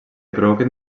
provoquen